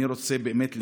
אני רוצה באמת להודות,